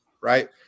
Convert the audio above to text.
right